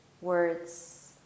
words